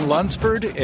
Lunsford